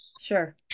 Sure